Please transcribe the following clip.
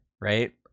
right